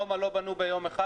בנו ביום אחד,